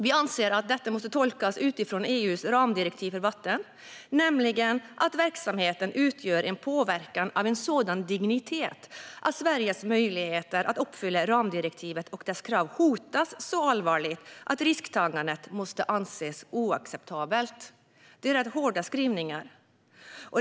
Vi anser att detta måste tolkas utifrån EU:s ramdirektiv för vatten, nämligen att verksamheten utgör en påverkan av en sådan dignitet att Sveriges möjligheter att uppfylla ramdirektivet och dess krav hotas så allvarligt att risktagandet måste anses oacceptabelt. Det är rätt hårda skrivningar.